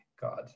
God